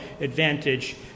advantage